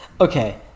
Okay